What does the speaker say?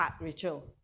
Rachel